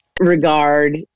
regard